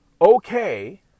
okay